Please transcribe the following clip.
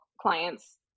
clients